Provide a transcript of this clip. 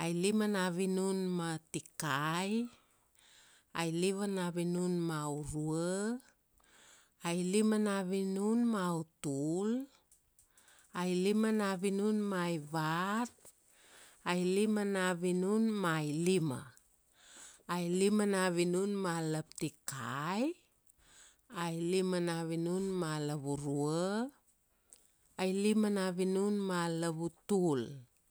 Ailima na vinun ma tikai, ailima na vinun ma urua, ailima na vinun ma utul, ailima na vinun ma ivat, ailima na vinun ma ailima. Ailima na vinun ma laptikai, ailima na vinun ma lavurua, ailima na vinun ma lavutul.